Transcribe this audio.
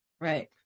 Right